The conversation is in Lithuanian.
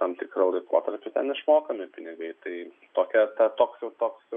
tam tikrą laikotarpį ten išmokami pinigai tai tokia ta toks jau toks jau